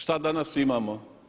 Šta danas imamo?